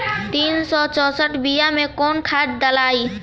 तीन सउ चउसठ बिया मे कौन खाद दलाई?